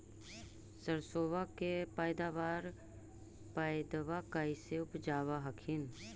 सरसोबा के पायदबा कैसे उपजाब हखिन?